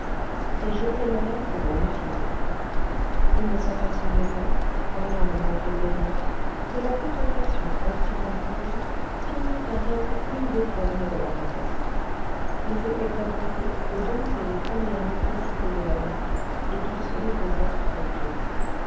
et jeter le reste dans l'infini il ne s'apercevait pas croyant ne manquer de rien que la contemplation ainsi comprise finit par être une des formes de la paresse qu'il s'était contenté de dompter les premières nécessités de la vie et qu'il se reposait trop tôt